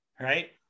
right